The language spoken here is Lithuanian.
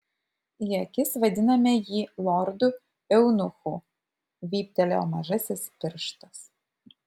į akis vadiname jį lordu eunuchu vyptelėjo mažasis pirštas